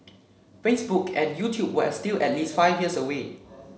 Facebook and YouTube were still at least five years away